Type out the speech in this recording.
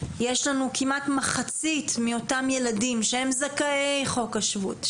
יש לנו כמעט מחצית מאותם ילדים שהם זכאי חוק השבות,